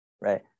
right